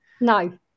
No